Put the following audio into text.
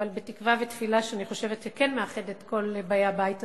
תקווה ותפילה שאני חושבת שכן מאחדות את כל באי הבית הזה,